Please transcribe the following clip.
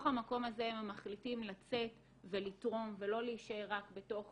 המקום הזה הם מחליטים לצאת ולתרום ולא להישאר רק בתוך